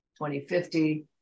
2050